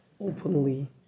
openly